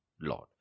Lord